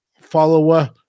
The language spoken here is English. follower